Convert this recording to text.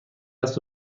است